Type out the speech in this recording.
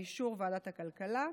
באישור ועדת הכלכלה,